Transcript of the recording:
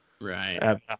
Right